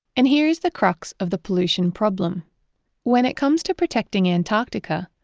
and here is the crux of the pollution problem when it comes to protecting antarctica,